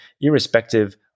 irrespective